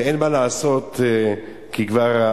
ואין מה לעשות כי הרכב כבר,